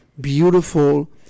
beautiful